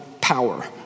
power